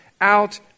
out